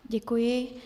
Děkuji.